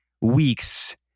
weeks